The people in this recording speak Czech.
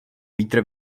vítr